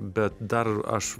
bet dar aš